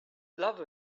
love